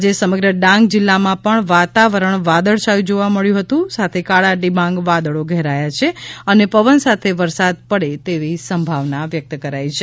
આજે સમગ્ર ડાંગ જિલ્લા માં પણ વાતાવરણ વાદળ છાયું જોવા મળે છે સાથે કાળા ડિબાંગ વાદળી ઘેરાયા છે અને પવન સાથે વરસાદ પડે તેવી સંભાવના છે